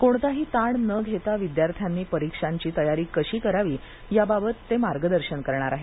कोणताही ताण न घेता विद्यार्थ्यांनी परीक्षांची तयारी कशी करावी याबाबत ते मार्गदर्शन करणार आहेत